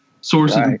sources